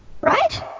right